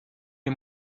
les